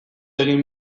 egin